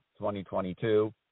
2022